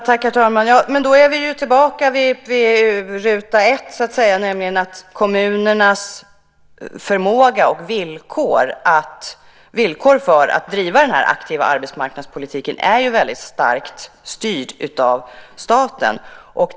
Herr talman! Då är vi ju tillbaka vid ruta ett. Kommunernas förmåga och villkor för att driva den aktiva arbetsmarknadspolitiken är nämligen starkt styrda av staten.